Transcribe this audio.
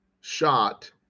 shot